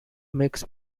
makes